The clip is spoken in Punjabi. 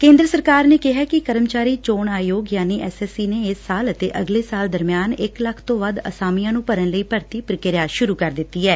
ਕੇਂਦਰ ਸਰਕਾਰ ਨੇ ਕਿਹੈ ਕਿ ਕਰਮਚਾਰੀ ਚੋਣ ਆਯੋਗ ਨੇ ਇਸ ਸਾਲ ਅਤੇ ਅਗਲੇ ਸਾਲ ਦਰਮਿਆਨ ਇਕ ੱਖ ਤੋਂ ਵੱਧ ਅਸਾਮੀਆਂ ਨੁੰ ਭਰਨ ਲਈ ਭਰਤੀ ਪ੍ਰਕਿਰਿਆ ਸੁਰੁ ਕਰ ਦਿੱਤੀ ਐ